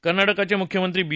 कर्नाटकाचे मुख्यमंत्री बी